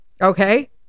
okay